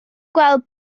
gweld